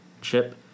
chip